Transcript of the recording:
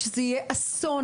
זה כמו